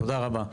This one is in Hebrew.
תודה רבה.